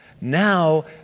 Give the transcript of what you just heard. Now